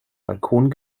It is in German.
balkon